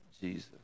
Jesus